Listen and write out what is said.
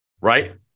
right